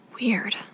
Weird